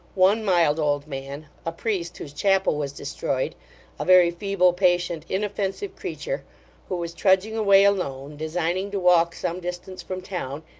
one mild old man a priest, whose chapel was destroyed a very feeble, patient, inoffensive creature who was trudging away, alone, designing to walk some distance from town,